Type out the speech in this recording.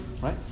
right